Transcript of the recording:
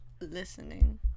listening